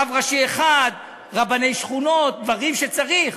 רב ראשי אחד, רבני שכונות, דברים שצריך